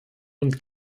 und